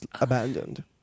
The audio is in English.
abandoned